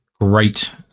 great